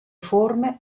forme